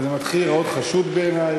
זה מתחיל להיראות חשוד בעיני,